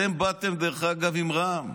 דרך אגב, אתם באתם עם רע"מ.